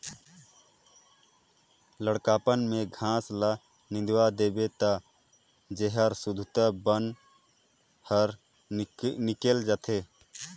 लइकापन में घास ल निंदवा देबे त जेर सुद्धा बन हर निकेल जाथे